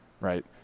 right